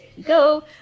Go